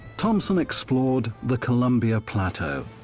thompson explored the columbia plateau,